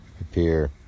appear